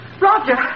Roger